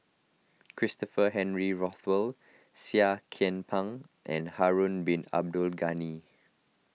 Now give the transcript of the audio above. Christopher Henry Rothwell Seah Kian Peng and Harun Bin Abdul Ghani